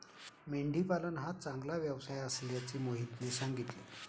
मेंढी पालन हा चांगला व्यवसाय असल्याचे मोहितने सांगितले